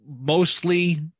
mostly